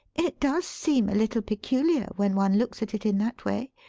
it does seem a little peculiar when one looks at it in that way.